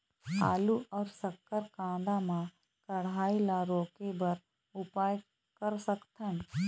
आलू अऊ शक्कर कांदा मा कढ़ाई ला रोके बर का उपाय कर सकथन?